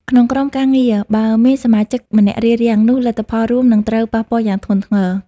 ក្នុងក្រុមការងារ បើមានសមាជិកម្នាក់រារាំង នោះលទ្ធផលរួមនឹងត្រូវប៉ះពាល់យ៉ាងធ្ងន់ធ្ងរ។